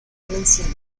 valenciana